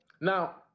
Now